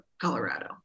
Colorado